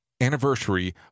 Anniversary